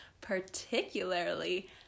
particularly